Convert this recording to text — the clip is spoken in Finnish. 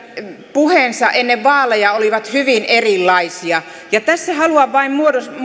puheensa ennen vaaleja olivat hyvin erilaisia tässä haluan vain